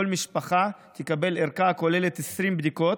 כל משפחה תקבל ערכה הכוללת 20 בדיקות.